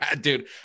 dude